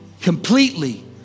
Completely